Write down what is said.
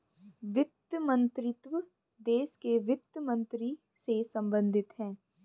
वित्त मंत्रीत्व देश के वित्त मंत्री से संबंधित है